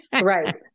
Right